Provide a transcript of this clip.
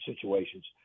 situations